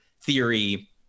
theory